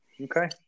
okay